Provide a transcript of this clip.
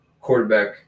quarterback